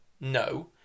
No